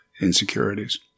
insecurities